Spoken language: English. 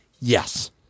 yes